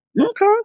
Okay